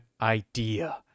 idea